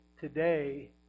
today